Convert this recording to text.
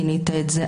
כינית את זה,